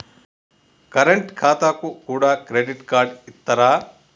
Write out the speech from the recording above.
Current ఖాతాకు కూడా credit card ఇత్తరా?